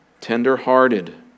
tender-hearted